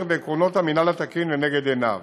ועקרונות המינהל התקין לנגד עיניו.